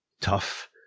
Tough